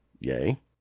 Yay